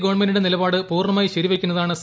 ഗവൺമെന്റിന്റെ നിലപാട് പൂർണമായി ശരിവയ്ക്കുന്നതാണ് സി